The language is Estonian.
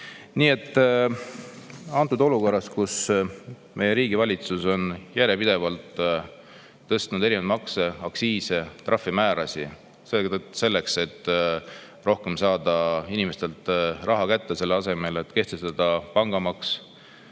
Nii et antud olukorras, kus meie riigi valitsus on järjepidevalt tõstnud erinevaid makse, aktsiise, trahvimäärasid selleks, et rohkem saada inimestelt raha kätte, selle asemel, et kehtestada pangamaks,